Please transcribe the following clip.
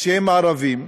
שהם הערבים,